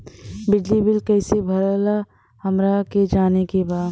बिजली बिल कईसे भराला हमरा के जाने के बा?